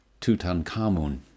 Tutankhamun